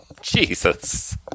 Jesus